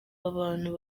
abantu